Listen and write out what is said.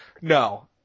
No